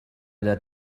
that